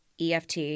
EFT